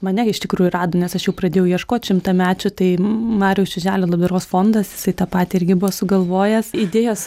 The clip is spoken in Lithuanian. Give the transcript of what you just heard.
mane iš tikrųjų rado nes aš jau pradėjau ieškot šimtamečių tai mariaus čiuželio labdaros fondas jisai tą patį irgi buvo sugalvojęs idėjos